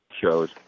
shows